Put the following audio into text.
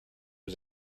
was